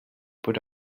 put